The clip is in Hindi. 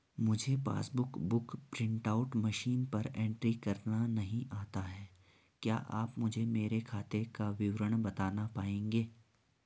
मुझे passbook book print out machine पर एंट्री करना नहीं आता है क्या आप मुझे मेरे खाते का विवरण बताना पाएंगे?